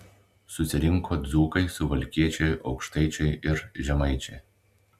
susirinko dzūkai suvalkiečiai aukštaičiai ir žemaičiai